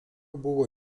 buvo